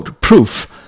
proof